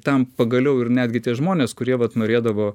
tam pagaliau ir netgi tie žmonės kurie vat norėdavo